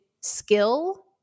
skill